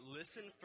listen